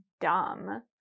dumb